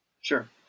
Sure